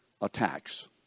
attacks